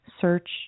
search